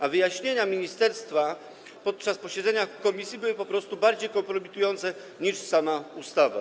A wyjaśnienia ministerstwa podczas posiedzenia komisji były po prostu bardziej kompromitujące niż sama ustawa.